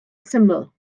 syml